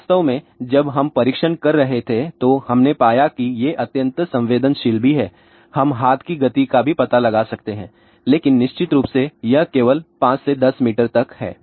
वास्तव में जब हम परीक्षण कर रहे थे तो हमने पाया कि ये अत्यंत संवेदनशील भी हैं और हम हाथ की गति का भी पता लगा सकते हैं लेकिन निश्चित रूप से यह दूरी केवल 5 से 10 मीटर तक है